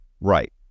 Right